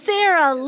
Sarah